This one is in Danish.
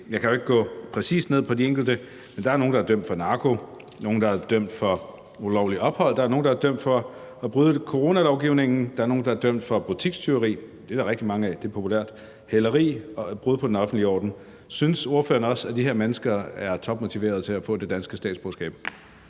Jeg kan jo ikke gå præcist ned i de enkelte tilfælde, men der er nogle, der er dømt for narko; der er nogle, der er dømt for ulovligt ophold; der er nogle, der er dømt for at bryde coronalovgivningen; der er nogle, der er dømt for butikstyveri – dem er der rigtig mange af, det er populært – og for hæleri og brud på den offentlige orden. Synes ordføreren også, at de her mennesker er topmotiverede til at få det danske statsborgerskab?